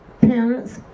parents